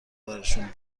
برشون